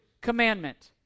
commandment